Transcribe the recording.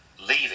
leaving